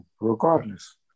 regardless